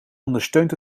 ondersteunt